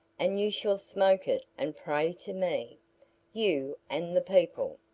and you shall smoke it and pray to me you and the people.